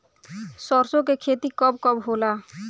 सरसों के खेती कब कब होला?